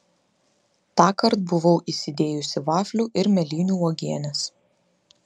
tąkart buvau įsidėjusi vaflių ir mėlynių uogienės